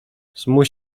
zmuś